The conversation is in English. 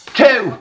two